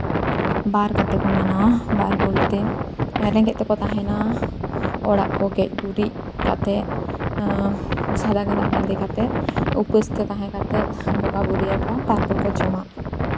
ᱵᱟᱨ ᱠᱟᱛᱮᱫ ᱠᱚ ᱢᱟᱱᱟᱣᱟ ᱵᱟᱨ ᱵᱚᱞᱛᱮ ᱨᱮᱸᱜᱮᱡ ᱛᱮᱠᱚ ᱛᱟᱦᱮᱸᱱᱟ ᱚᱲᱟᱜ ᱠᱚ ᱜᱮᱡ ᱜᱩᱨᱤᱡ ᱠᱟᱛᱮᱫ ᱥᱟᱫᱟ ᱜᱮᱸᱫᱟᱜ ᱵᱟᱸᱫᱮ ᱠᱟᱛᱮᱫ ᱩᱯᱟᱹᱥᱛᱮ ᱛᱟᱦᱮᱸ ᱠᱟᱛᱮᱫ ᱵᱚᱸᱜᱟᱼᱵᱩᱨᱩᱭᱟᱠᱚ ᱛᱟᱨᱯᱚᱨ ᱠᱚ ᱡᱚᱢᱟ